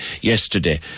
yesterday